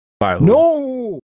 No